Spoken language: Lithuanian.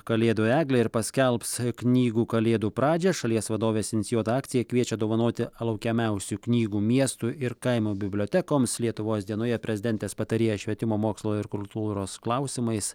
kalėdų eglę ir paskelbs knygų kalėdų pradžią šalies vadovės inicijuota akcija kviečia dovanoti laukiamiausių knygų miestų ir kaimo bibliotekoms lietuvos dienoje prezidentės patarėja švietimo mokslo ir kultūros klausimais